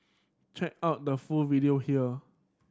check out the full video here